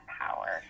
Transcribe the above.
power